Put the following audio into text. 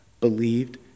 believed